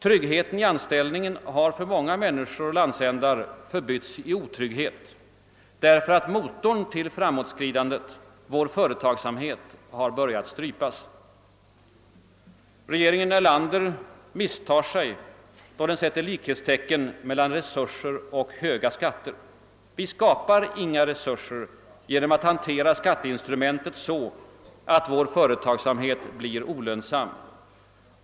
Tryggheten i anställningen har för många människor och landsändar förbytts i otrygghet, därför att motorn till framåtskridandet, vår företagsamhet, börjat strypas. Regeringen Erlander misstar sig då den sätter likhetstecken mellan resurser och höga skatter. Vi skapar inga resurser genom att hantera skatteinstrumentet så att vår företagsamhet blir olönsam.